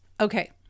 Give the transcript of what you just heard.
okay